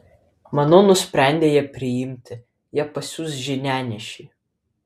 manau nusprendę ją priimti jie pasiųs žinianešį